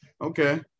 okay